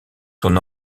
son